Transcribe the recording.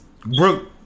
Brooke